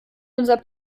unser